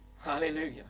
hallelujah